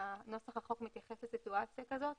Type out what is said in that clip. נוסח החוק מתייחס לסיטואציה כזאת